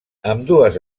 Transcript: ambdues